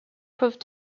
proved